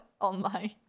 online